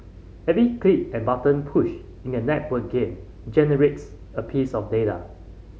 every click and button push in a networked game generates a piece of data